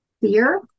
fear